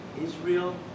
Israel